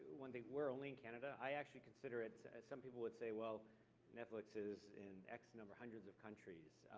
when they were only in canada, i actually consider it, as some people would say, well netflix is in x number of hundreds of countries.